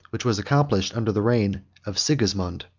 which was accomplished under the reign of sigismond,